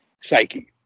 psyche